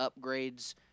upgrades